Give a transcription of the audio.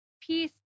peace